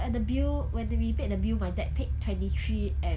and the bill when we paid the bill my dad paid twenty three and